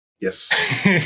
Yes